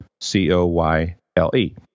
C-O-Y-L-E